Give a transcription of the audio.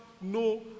no